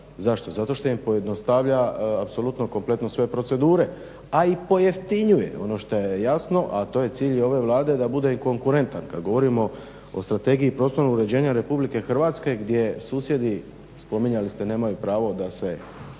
Zašto, zato što im pojednostavlja apsolutno kompletno sve procedure a i pojeftinjuje ono što je jasno, a to je cilj ove Vlade da bude konkurentan. Kad govorimo o Strategiji prostornog uređenja Republike Hrvatske gdje susjedi, spominjali ste, nemaju pravo da